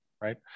right